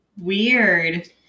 Weird